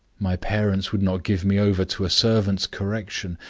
my parents would not give me over to a servant's correction,